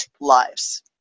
lives